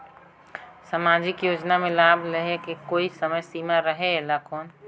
समाजिक योजना मे लाभ लहे के कोई समय सीमा रहे एला कौन?